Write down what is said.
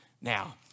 Now